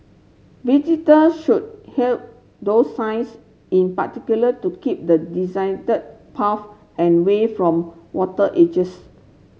visitors should heed those signs in particular to keep the paths and way from water edges